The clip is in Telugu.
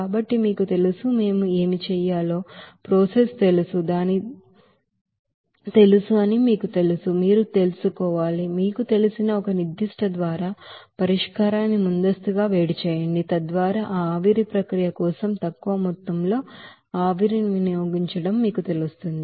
కాబట్టి మీకు తెలుసు మేము ఏమి చేయాలో ప్రాసెస్ తెలుసు అని మీకు తెలుసు మీరు తెలుసుకోవాలి మీకు తెలిసిన ఒక నిర్దిష్ట ద్వారా పరిష్కారాన్ని ముందస్తుగా వేడి చేయండి తద్వారా ఆ ఆవిరి ప్రక్రియ కోసం తక్కువ మొత్తంలో ఆవిరిని ఉపయోగించడం మీకు తెలుస్తుంది